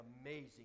amazing